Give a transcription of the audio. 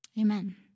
Amen